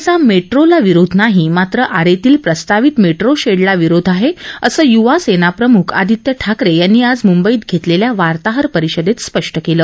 शिक्सेनेचा मेट्रोला विरोध नाही मात्र आरेतील प्रस्तावित मेट्रोशेडला विरोध आहे असं युवासेनाप्रमुख आदित्य ठाकरे यांनी आज मुंबईत घेतलेल्या वार्ताहरपरिषदेत स्पष्ट केलं